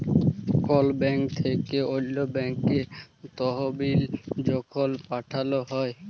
call bank থ্যাইকে অল্য ব্যাংকে তহবিল যখল পাঠাল হ্যয়